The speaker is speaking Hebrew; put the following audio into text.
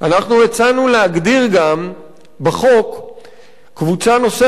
אנחנו גם הצענו להגדיר בחוק קבוצה נוספת,